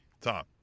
Tom